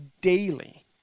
daily